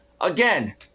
again